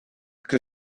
que